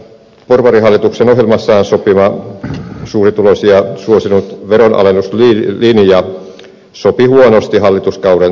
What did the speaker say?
voikin todeta että porvarihallituksen ohjelmassaan sopima suurituloisia suosinut veronalennuslinja sopi huonosti hallituskauden taloustilanteeseen